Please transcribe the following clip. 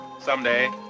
someday